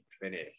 finish